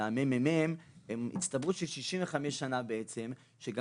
מהממ"מ הם הצטברות של 65 שנה בעצם שגם